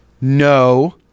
no